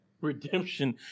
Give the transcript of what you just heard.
Redemption